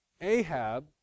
Ahab